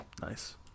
Nice